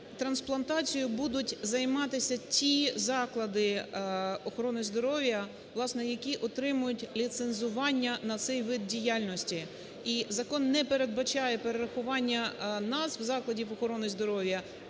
трансплантацією будуть займатися ті заклади охорони здоров'я, власне, які отримають ліцензування на цей вид діяльності. І закон не передбачає перерахування назв закладів охорони здоров'я,